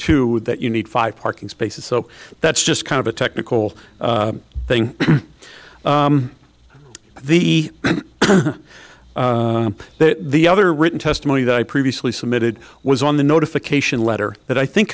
two that you need five parking spaces so that's just kind of a technical thing the the other written testimony that i previously submitted was on the notification letter that i think